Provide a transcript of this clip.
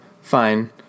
fine